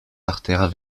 artères